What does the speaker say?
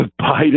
Biden